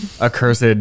accursed